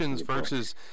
versus